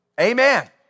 Amen